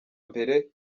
mbere